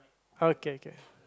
okay okay